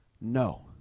No